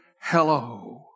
hello